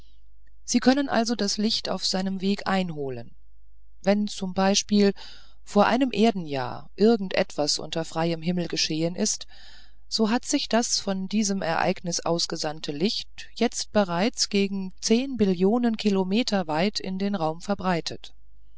sie können also das licht auf seinem weg einholen wenn zum beispiel vor einem erdenjahr irgend etwas unter freiem himmel geschehen ist so hat sich das von diesem ereignis ausgesandte licht jetzt bereits gegen zehn billionen kilometer weit in den raum verbreitet